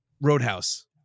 Roadhouse